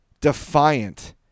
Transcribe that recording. defiant